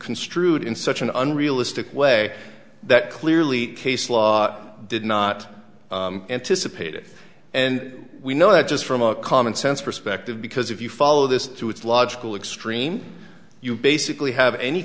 construed in such an unrealistic way that clearly case law did not anticipate it and we know that just from a common sense perspective because if you follow this to its logical extreme you basically have any